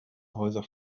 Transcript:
häuser